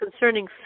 Concerning